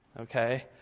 Okay